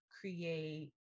create